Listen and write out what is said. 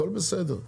הכול בסדר.